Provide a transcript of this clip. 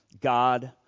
God